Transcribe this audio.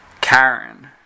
Karen